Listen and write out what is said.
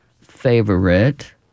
Favorite